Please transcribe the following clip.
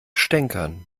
stänkern